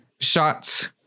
shots